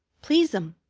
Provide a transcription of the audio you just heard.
please'm,